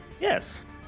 Yes